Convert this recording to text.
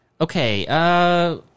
Okay